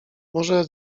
może